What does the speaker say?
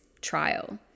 trial